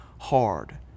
hard